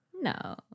No